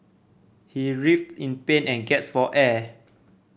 he writhed in pain and gasped for air